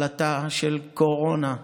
עלטה של קורונה,